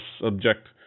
subject